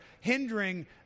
hindering